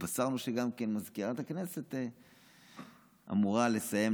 התבשרנו שגם מזכירת הכנסת אמורה לסיים,